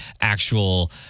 actual